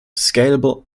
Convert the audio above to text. scalable